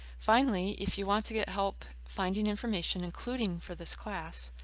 finally, if you want to get help finding information, including for this class,